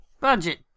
budget